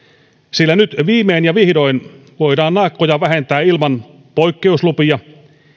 sillä nyt viimein ja vihdoin voidaan naakkoja vähentää ilman poikkeuslupia